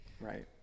right